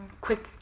quick